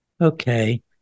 Okay